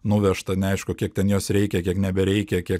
nuvežta neaišku kiek ten jos reikia kiek nebereikia kiek